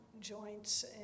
joints